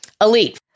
Elite